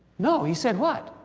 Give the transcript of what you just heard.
no he said what?